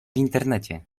internecie